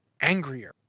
angrier